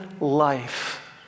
life